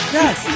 Yes